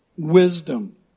wisdom